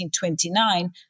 1929